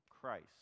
Christ